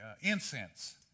incense